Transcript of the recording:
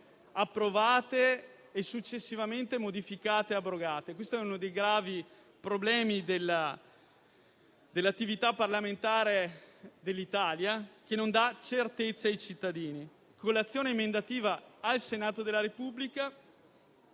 approvate e successivamente modificate o abrogate. Questo è uno dei gravi problemi dell'attività parlamentare italiana, che non dà certezze ai cittadini. Con l'azione emendativa svolta in